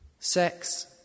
Sex